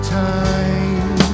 time